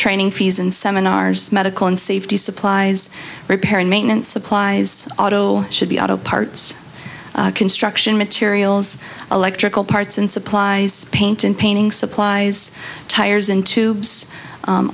training fees and seminars medical and safety supplies repair and maintenance supplies auto should be auto parts construction materials electrical parts and supplies paint and painting supplies tires and tubes